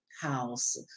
house